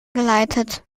geleitet